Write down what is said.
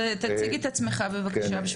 בבקשה.